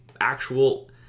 actual